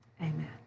Amen